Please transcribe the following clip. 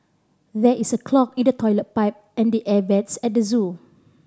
there is a clog in the toilet pipe and the air vents at the zoo